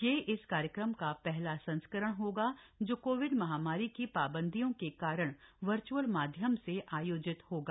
यह इस कार्यक्रम का पहला संस्करण होगा जो कोविड महामारी की पाबंदियों के कारण वर्च्अल माध्यम से आयोजित होगा